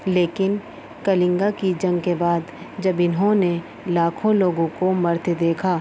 لیکن کلنگا کی جنگ کے بعد جب انہوں نے لاکھوں لوگوں کو مرتے دیکھا